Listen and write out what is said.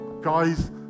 guys